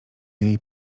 jej